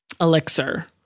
elixir